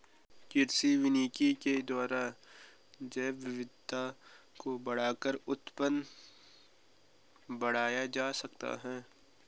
कृषि वानिकी के द्वारा जैवविविधता को बढ़ाकर उत्पादन बढ़ाया जा सकता है